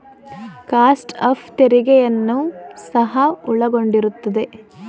cost of ತೆರಿಗೆಯನ್ನು ಸಹ ಒಳಗೊಂಡಿರುತ್ತದೆ